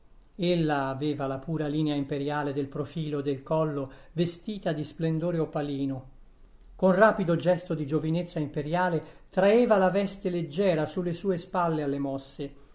ella aveva la pura linea imperiale del profilo e del collo vestita di splendore opalino con rapido gesto di giovinezza imperiale traeva la veste leggera sulle sue spalle alle mosse